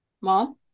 Mom